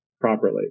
properly